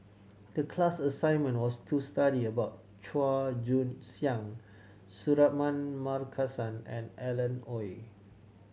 the class assignment was to study about Chua Joon Siang Suratman Markasan and Alan Oei